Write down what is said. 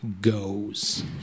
goes